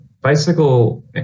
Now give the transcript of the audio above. bicycle